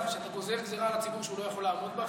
שאתה גוזר על הציבור גזרה שהוא לא יכול לעמוד בה,